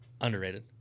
Underrated